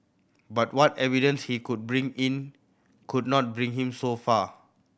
but what evidence he could bring in could not bring him so far